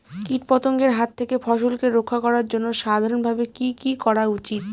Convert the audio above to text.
কীটপতঙ্গের হাত থেকে ফসলকে রক্ষা করার জন্য সাধারণভাবে কি কি করা উচিৎ?